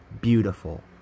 beautiful